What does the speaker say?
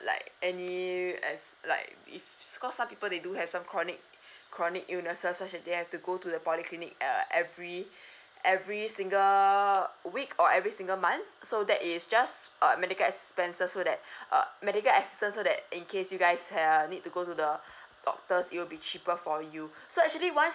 like any as like if it's cause some people they do have some chronic chronic illnesses such that they have to go to the polyclinic uh every every single week or every single month so that is just err medical expenses so that uh medical assistance so that in case you guys have a need to go to the doctors it will be cheaper for you so actually once